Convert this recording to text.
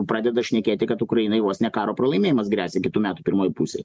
pradeda šnekėti kad ukrainai vos ne karo pralaimėjimas gresia kitų metų pirmoj pusėj